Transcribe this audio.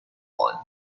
one